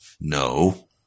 no